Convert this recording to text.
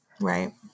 Right